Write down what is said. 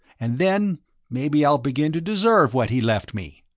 and then maybe i'll begin to deserve what he left me.